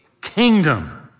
kingdom